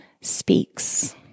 speaks